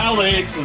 Alex